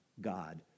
God